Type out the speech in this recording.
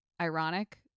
ironic